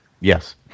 Yes